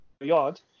yard